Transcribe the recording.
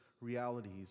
realities